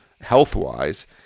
health-wise